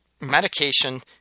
medication